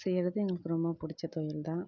செய்யுறதுக்கு எங்களுக்கு ரொம்ப புடிச்ச தொழில் தான்